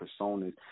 personas